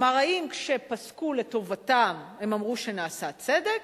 כלומר, אם כשפסקו לטובתם הם אמרו שנעשה צדק